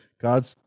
God's